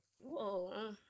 Whoa